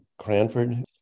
Cranford